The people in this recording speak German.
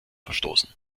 verstoßen